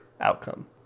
outcome